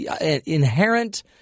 inherent